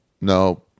No